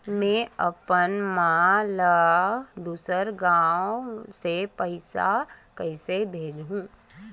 में अपन मा ला दुसर गांव से पईसा कइसे भेजहु?